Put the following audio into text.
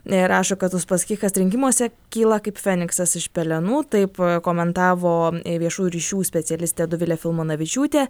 na rašo kad uspaskichas rinkimuose kyla kaip feniksas iš pelenų taip komentavo viešųjų ryšių specialistė dovilė filmanavičiūtė